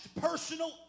personal